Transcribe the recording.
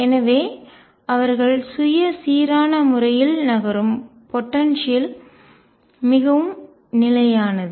எனவே அவர்கள் சுய சீரான முறையில் நகரும் போடன்சியல் ஆற்றலையும் மிகவும் நிலையானது